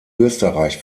österreich